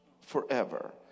forever